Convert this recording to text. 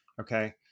Okay